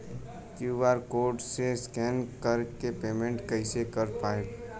QR code से scan कर के पेमेंट कइसे कर पाएम?